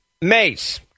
Mace